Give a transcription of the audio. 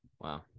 Wow